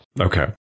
Okay